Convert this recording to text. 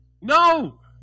No